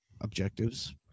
objectives